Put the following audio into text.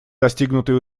достигнутые